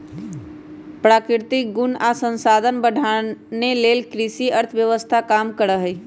प्राकृतिक गुण आ संसाधन बढ़ाने लेल कृषि अर्थव्यवस्था काम करहइ